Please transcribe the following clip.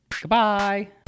goodbye